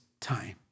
time